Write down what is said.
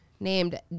Named